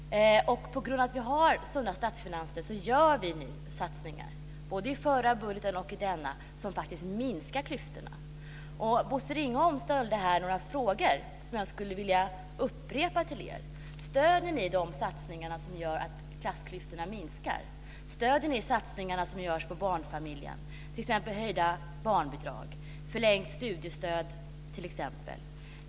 På grund av att vi har sunda statsfinanser gör vi nu satsningar - det gäller både den förra budgeten och denna budget - som faktiskt minskar klyftorna. Bosse Ringholm ställde här några frågor som jag skulle vilja upprepa till er: Stöder ni de satsningar som gör att klassklyftorna minskar? Stöder ni de satsningar som görs på barnfamiljerna, t.ex. genom höjda barnbidrag och förlängt studiestöd?